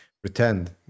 pretend